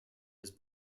his